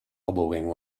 elbowing